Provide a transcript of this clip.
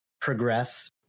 progress